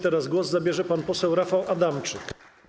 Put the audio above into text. Teraz głos zabierze pan poseł Rafał Adamczyk.